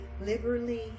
liberally